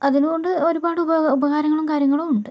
അതിനുകൊണ്ട് ഒരുപാട് ഉപകാരങ്ങളും കാര്യങ്ങളും ഉണ്ട്